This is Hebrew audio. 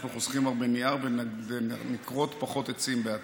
אנחנו חוסכים הרבה נייר ונכרות פחות עצים בעתיד.